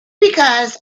because